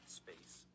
space